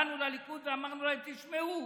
באנו לליכוד ואמרנו להם: תשמעו,